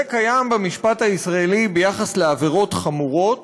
זה קיים במשפט הישראלי ביחס לעבירות חמורות,